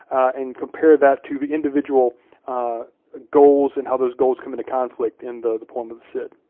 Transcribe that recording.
and compare that to the individual goals and how those goals come into conflict in the the poem of the cid.